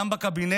גם לא בקבינט,